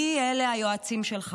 מי אלה היועצים שלך?